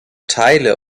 teile